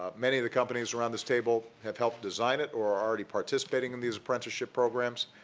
ah many of the companies around this table have helped design it or are already participating in these apprenticeship programs.